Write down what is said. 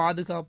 பாதுகாப்பு